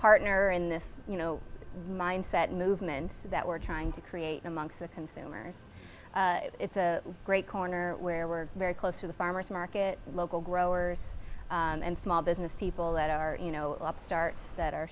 partner in this you know mindset movement that we're trying to create amongst the consumers it's a great corner where we're very close to the farmer's market local growers and small business people that are you know upstart that are